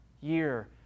Year